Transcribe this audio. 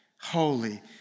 holy